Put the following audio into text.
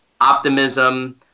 optimism